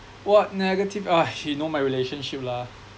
what negative !hais! you know my relationship lah